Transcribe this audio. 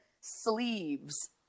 sleeves